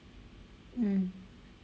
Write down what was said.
mm